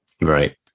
Right